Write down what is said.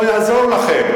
לא יעזור לכם,